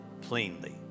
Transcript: plainly